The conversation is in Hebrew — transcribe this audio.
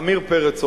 עמיר פרץ אומר.